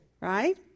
right